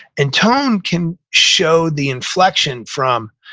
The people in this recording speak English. and tone can show the inflection from,